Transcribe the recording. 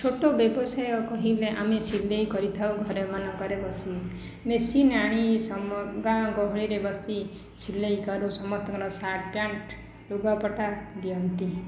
ଛୋଟ ବ୍ୟବସାୟ କହିଲେ ଆମେ ସିଲେଇ କରିଥାଉ ଘରେ ମାନଙ୍କରେ ବସି ମେସିନ ଆଣି ଗାଁଆ ଗହଳିରେ ବସି ସିଲେଇକରୁ ସମସ୍ତଙ୍କର ଶାର୍ଟ ପ୍ୟାଣ୍ଟ ଲୁଗାପଟା ଦିଅନ୍ତି